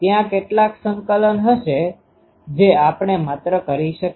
ત્યાં કેટલાક સંકલન હશે જે આપણે માત્ર કરી શક્યા